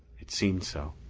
it seemed so.